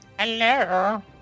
Hello